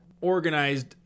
organized